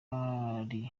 ari